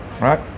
right